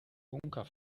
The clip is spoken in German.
bunker